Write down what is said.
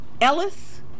Ellis